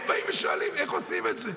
הם באים ושואלים איך עושים את זה.